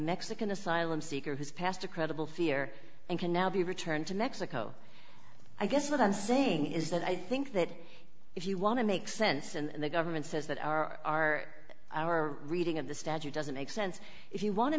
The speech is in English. mexican asylum seeker who's passed a credible fear and can now be returned to mexico i guess what i'm saying is that i think that if you want to make sense and the government says that our our reading of the statute doesn't make sense if you want to